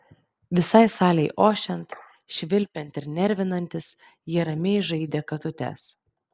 visai salei ošiant švilpiant ir nervinantis jie ramiai žaidė katutes